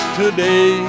today